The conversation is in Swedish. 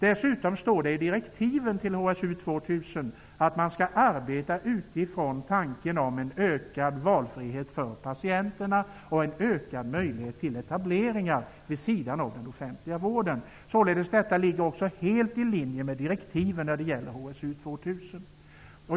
Dessutom står det i direktiven i HSU 2000 att man skall arbeta utifrån tanken om en ökad valfrihet för patienterna och ökad möjlighet till etablering vid sidan av den offentliga vården. Detta ligger således helt i linje med direktiven när det gäller HSU 2000.